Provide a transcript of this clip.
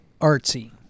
artsy